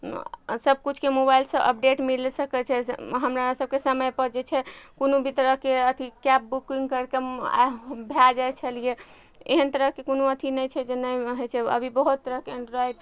सब किछुके मोबाइलसँ अपडेट मिल सकय छै हमरा सबके समयपर जे छै कोनो भी तरहके अथी कैब बुकिंग करके भए जाइ छलियै एहन तरहके कोनो अथी नहि छै जे नहि होइ छै अभी बहुत तरहके एंड्रॉइड